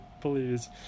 please